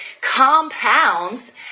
compounds